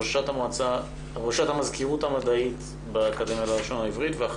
ראשת המזכירות המדעית באקדמיה ללשון העברית.